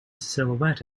silhouette